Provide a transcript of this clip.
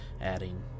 adding